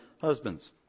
husbands